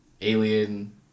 Alien